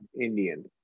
Indian